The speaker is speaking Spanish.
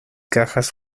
cajas